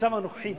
במצב הנוכחי,